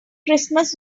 christmas